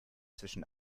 zwischen